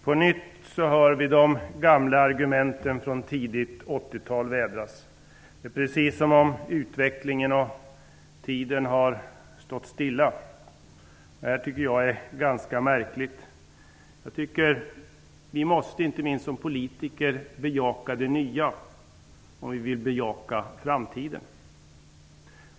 På nytt hör vi de gamla argumenten från tidigt 1980 tal vädras. Det är precis som om utvecklingen och tiden har stått stilla. Det är ganska märkligt. Inte minst vi politiker måste bejaka det nya om vi vill bejaka framtiden.